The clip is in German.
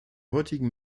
heutigen